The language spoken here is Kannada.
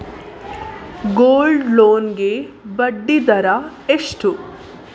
ಗೋಲ್ಡ್ ಲೋನ್ ಗೆ ಬಡ್ಡಿ ದರ ಎಷ್ಟು?